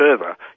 further